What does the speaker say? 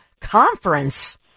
conference